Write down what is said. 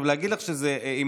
עכשיו, להגיד לך שזה יימחק?